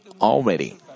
already